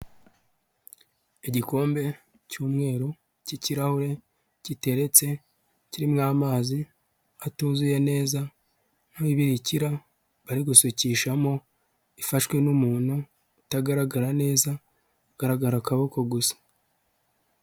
Igikombe cy'umweru cy'ikirahure giteretse, kirimo amazi atuzuye neza n'umubirikira barigusukishamo, ifashwe n'umuntu utagaragara neza, ugaragara akaboko gusa.